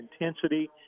intensity